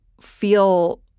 feel